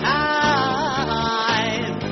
time